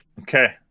Okay